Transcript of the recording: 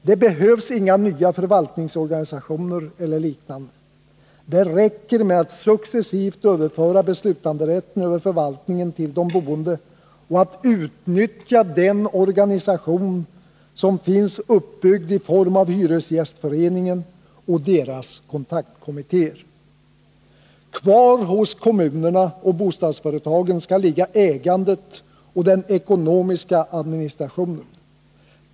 Det behövs inga nya förvaltningsorganisationer eller liknande, det räcker med att successivt överföra beslutanderätten över förvaltningen till de boende och att utnyttja den organisation som finns uppbyggd i form av hyresgästföreningen och deras kontaktkommittéer. Kvar hos kommunerna och bostadsföretagen skall ligga ägandet och den ekonomiska administrationen.